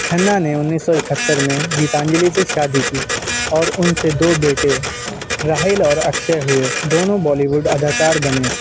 کھنہ نے انیس سو اکہتر میں گیتانجلی سے شادی کی اور ان سے دو بیٹے راہل اور اکچھے ہوئے دونوں بالی وڈ اداکار بنے